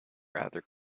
rather